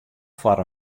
foar